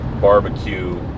barbecue